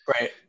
Right